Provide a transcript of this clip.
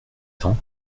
temps